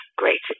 great